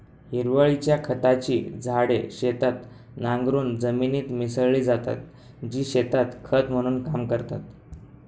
हिरवळीच्या खताची झाडे शेतात नांगरून जमिनीत मिसळली जातात, जी शेतात खत म्हणून काम करतात